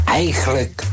eigenlijk